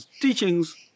teachings